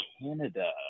Canada